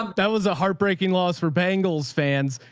um that was a heartbreaking loss for bangles fans,